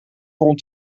rond